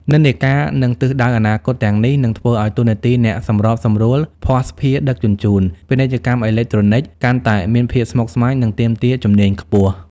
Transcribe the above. និន្នាការ និងទិសដៅអនាគតទាំងនេះនឹងធ្វើឱ្យតួនាទីអ្នកសម្របសម្រួលភស្តុភារដឹកជញ្ជូន ពាណិជ្ជកម្មអេឡិចត្រូនិក កាន់តែមានភាពស្មុគស្មាញ និងទាមទារជំនាញខ្ពស់។